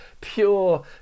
pure